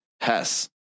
Hess